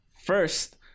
first